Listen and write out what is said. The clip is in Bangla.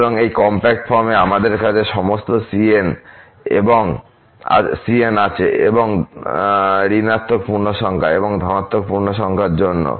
সুতরাং এই কমপ্যাক্ট ফর্মে আমাদের কাছে সমস্ত cns আছে ঋনাত্মক পূর্ণসংখ্যা এবং ধনাত্মক পূর্ণসংখ্যার জন্যও